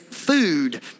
food